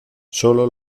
solo